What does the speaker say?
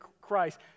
Christ